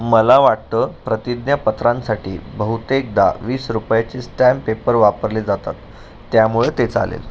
मला वाटतं प्रतिज्ञापत्रांसाठी बहुतेकदा वीस रुपयाचे स्टॅम्प पेपर वापरले जातात त्यामुळं ते चालेल